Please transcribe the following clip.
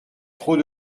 trop